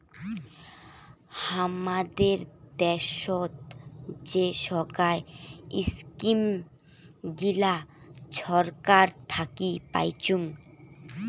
হামাদের দ্যাশোত যে সোগায় ইস্কিম গিলা ছরকার থাকি পাইচুঙ